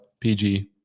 PG